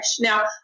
Now